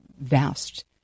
vast